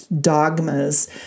dogmas